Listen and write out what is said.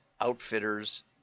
outfitters